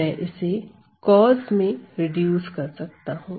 मैं इसे cos मे रिड्यूस कर सकता हूं